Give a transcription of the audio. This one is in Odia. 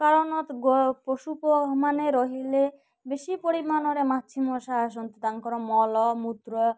କାରଣ ପଶୁ ପ ମାନେ ରହିଲେ ବେଶୀ ପରିମାଣରେ ମାଛି ମଶା ଆସନ୍ତି ତାଙ୍କର ମଲ ମୁତ୍ର